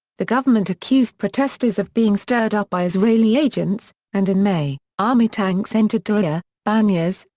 the government accused protesters of being stirred up by israeli agents, and in may, army tanks entered deraa, banyas,